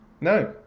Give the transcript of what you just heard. No